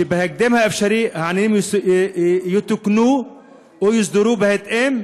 שבהקדם האפשרי העניינים יתוקנו או יוסדרו בהתאם,